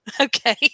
Okay